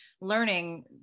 learning